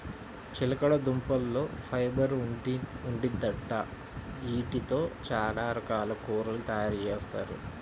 చిలకడదుంపల్లో ఫైబర్ ఉండిద్దంట, యీటితో చానా రకాల కూరలు తయారుజేత్తారు